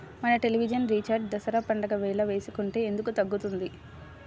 మన television recharge Dasara పండగ వేళ వేసుకుంటే ఎందుకు తగ్గుతుంది?